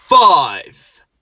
Five